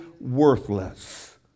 worthless